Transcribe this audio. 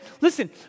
listen